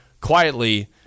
quietly